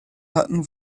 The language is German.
hatten